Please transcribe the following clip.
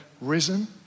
risen